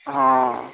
हां